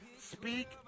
Speak